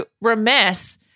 remiss